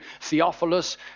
Theophilus